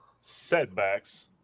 setbacks